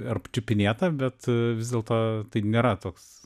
ar čiupinėta bet vis dėlto tai nėra toks